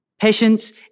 Patience